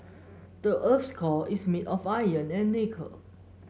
the earth's core is made of iron and nickel